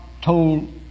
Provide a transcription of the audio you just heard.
told